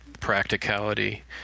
practicality